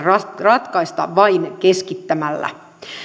ratkaista vain keskittämällä